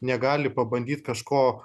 negali pabandyt kažko